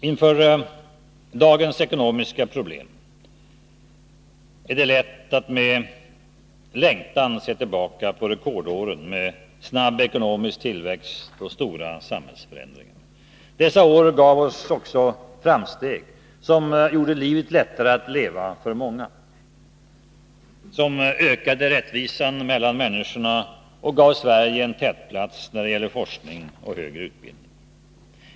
Inför dagens ekonomiska problem är det lätt att med längtan se tillbaka på rekordåren med snabb ekonomisk tillväxt och stora samhällsförändringar. Dessa år gav oss också framsteg som gjorde livet lättare att leva för många, ökade rättvisan mellan människorna och gav Sverige en tätplats när det gäller forskning och utbildning.